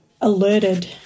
alerted